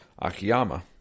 Akiyama